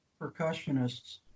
percussionists